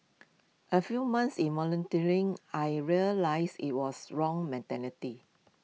A few months in volunteering I realised IT was wrong mentality